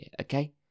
okay